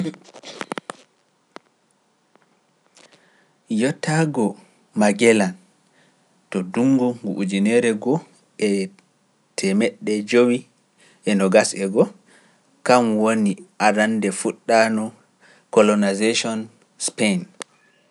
Yottaago Magellan to dunngu ngu ujunere ngo e teemeɗɗe jowi e no gasi e ngo, kam woni arande fuɗɗaano colonisation Sipeen.